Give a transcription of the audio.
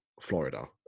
Florida